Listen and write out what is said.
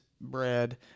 bread